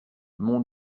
mon